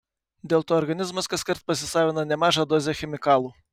dėl to organizmas kaskart pasisavina nemažą dozę chemikalų